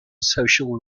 social